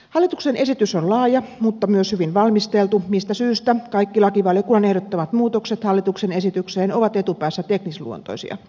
hallituksen esitys on laaja mutta myös hyvin valmisteltu mistä syystä kaikki lakivaliokunnan ehdottamat muutokset hallituksen esitykseen ovat etupäässä teknisluontoisia